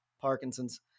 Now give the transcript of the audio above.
Parkinson's